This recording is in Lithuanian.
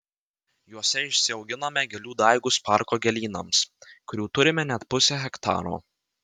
juose išsiauginame gėlių daigus parko gėlynams kurių turime net pusę hektaro